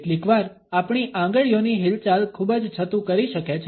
કેટલીકવાર આપણી આંગળીઓની હિલચાલ ખૂબ જ છતું કરી શકે છે